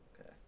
Okay